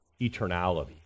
eternality